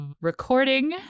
recording